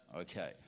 Okay